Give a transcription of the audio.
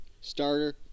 Starter